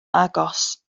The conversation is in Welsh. agos